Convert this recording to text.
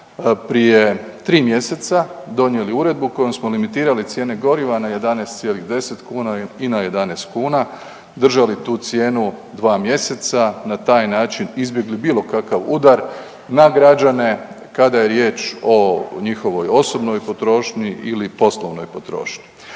prije 3 mjeseca donijeli uredbu kojom smo limitirali cijene goriva na 11,10 kuna i na 11 kuna, držali tu cijenu 2 mjeseca. Na taj način izbjegli bilo kakav udar na građane kada je riječ o njihovoj osobnoj potrošnji li poslovnoj potrošnji.